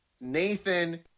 Nathan